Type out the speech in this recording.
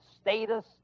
status